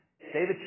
David